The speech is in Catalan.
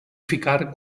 ficar